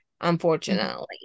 unfortunately